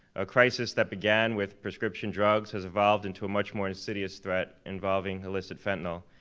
a crisis that began with prescription drugs has evolved into a much more insidious threat involving illicit fentanyl.